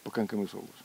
pakankamai saugūs